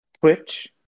Twitch